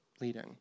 leading